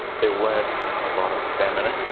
there weren't a lot of feminine